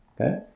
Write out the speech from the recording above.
Okay